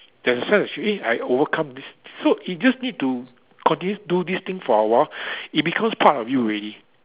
there's a side of you eh I overcome this so you just need to continue do this thing for a while it becomes part of you already